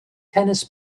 tennis